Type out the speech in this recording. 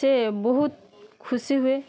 ସେ ବହୁତ ଖୁସି ହୁଏ